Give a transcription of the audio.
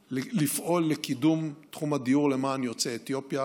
לפעול לקידום תחום הדיור למען יוצאי אתיופיה.